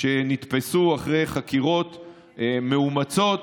שנתפסו אחרי חקירות מאומצות.